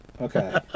Okay